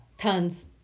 Tons